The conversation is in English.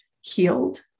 healed